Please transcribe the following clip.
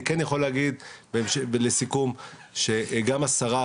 אני כן יכול להגיד לסיכום שגם השרה,